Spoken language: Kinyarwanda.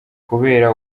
kubera